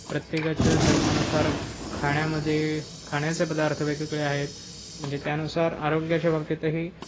प्रत्येकाच्य धर्मानुसार खाण्यामध्ये खाण्याचे पदार्थ वेगवेगळे आहेत म्हणजे त्यानुसार आरोग्याच्या बाबतीतही